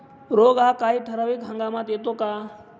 रोग हा काही ठराविक हंगामात येतो का?